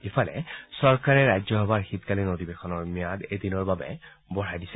ইফালে চৰকাৰে ৰাজ্যসভাৰ শীতকালীন অধিৱেশনৰ ম্যাদ এদিনৰ বাবে বঢ়াই দিছে